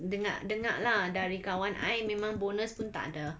dengar dengar lah dari kawan I memang bonus pun tak ada